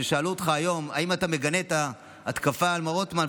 כששאלו אותך היום אם אתה מגנה את ההתקפה על מר רוטמן,